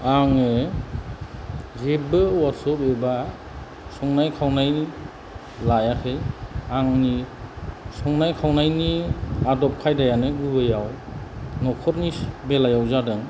आङो जेब्बो वार्कशप एबा संनाय खावनाय लायाखै आंनि संनाय खावनायनि आदब खायदायानो गुबैयाव न'खरनि बेलायाव जादों